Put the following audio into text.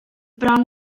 bron